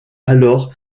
alors